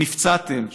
שנפצעתם,